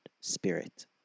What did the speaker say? spirit